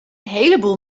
heleboel